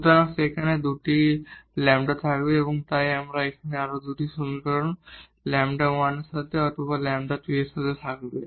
সুতরাং সেখানে দুটি λ থাকবে তাই এখানে আরও দুটি সমীকরণ λ1 এর সাথে অথবা λ2 এর সাথে আসবে